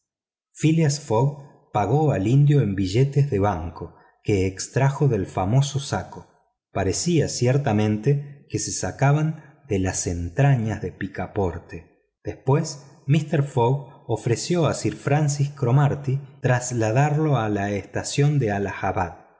fogg pagó al indio en billetes de banco que extrajo del famoso saco parecía ciertamente que se sacaban de las entrañas de picaporte después mister fogg ofreció a sir francis cromarty trasladarlo a la estación de